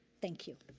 thank you.